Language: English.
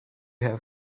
have